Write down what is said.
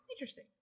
interesting